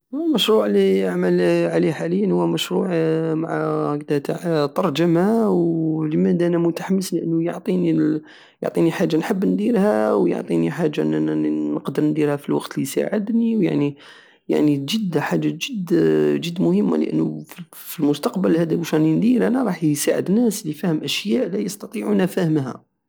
هو المشروع الي اعمل عليه حاليا هو مشروع مع هكدا تع ترجما ولمادا انا متحمس لانو يعطيني حاجة نحب نديرها ويعطيني حاجة نن- نقدر نديرها في الوقت الي ساعدني ويعني- يعني جد- حاجة جد مهمة لانو في المستقبل هدا واش راني ندير انا راه يساعد الناس لفهم اشياء لايستطيعون فهمها